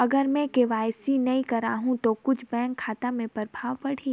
अगर मे के.वाई.सी नी कराहू तो कुछ बैंक खाता मे प्रभाव पढ़ी?